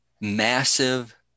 massive